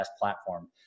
platform